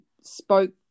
spoke